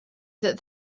that